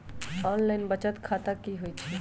Online बचत खाता की होई छई?